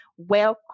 welcome